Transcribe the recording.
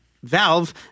valve